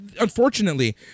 unfortunately